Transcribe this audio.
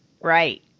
Right